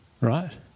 Right